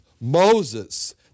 Moses